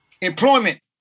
Employment